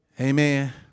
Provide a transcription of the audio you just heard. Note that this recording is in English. Amen